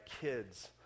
kids